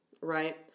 right